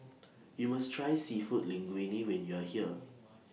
YOU must Try Seafood Linguine when YOU Are here